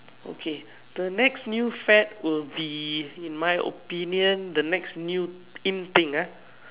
okay the next new fad will be in my opinion the next new in thing ah